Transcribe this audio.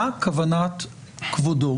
מה כוונת כבודו,